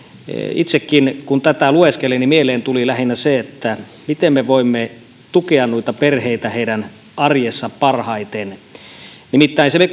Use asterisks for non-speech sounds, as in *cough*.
itsekin kun tätä lueskelin niin mieleeni tuli lähinnä se miten me voimme tukea noita perheitä heidän arjessaan parhaiten nimittäin se *unintelligible*